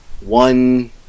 one